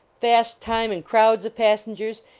fast time and crowds of passengers!